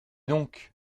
donc